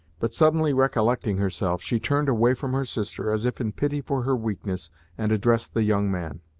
but, suddenly recollecting herself, she turned away from her sister, as if in pity for her weakness and addressed the young man.